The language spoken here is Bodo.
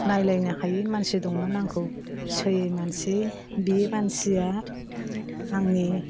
नायलायनो हायै मानसि दंमोन आंखौ सैयै मानसि बे मानसिया आंनि